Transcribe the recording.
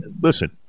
listen